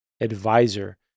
advisor